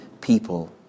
people